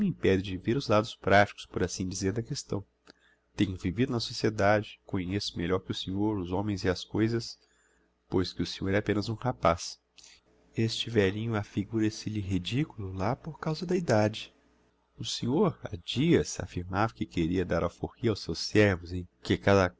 impede de ver os lados praticos por assim dizer da questão tenho vivido na sociedade conheço melhor que o senhor os homens e as coisas pois que o senhor é apenas um rapaz este vélhinho afigura se lhe ridiculo lá por causa da edade o senhor ha dias affirmava que queria dar alforria aos seus servos que cada